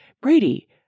Brady